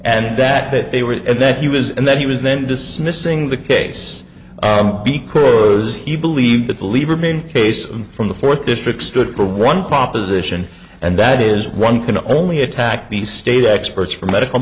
and that that they were and that he was and that he was then dismissing the case because he believed that the lieberman case and from the fourth district stood for one proposition and that is one can only attack the state experts for medical